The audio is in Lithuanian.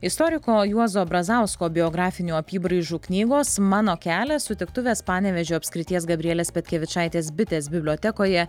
istoriko juozo brazausko biografinių apybraižų knygos mano kelias sutiktuvės panevėžio apskrities gabrielės petkevičaitės bitės bibliotekoje